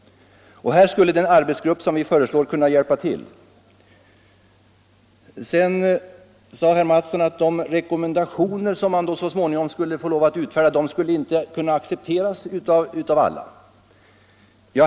Här skulle den arbetsgrupp som vi föreslår kunna hjälpa till. Herr Mattsson sade att dé rekommendationer som så småningom måste utfärdas inte skulle kunna accepteras av alla.